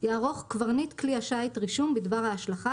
יערוך קברניט כלי השיט רישום בדבר ההשלכה,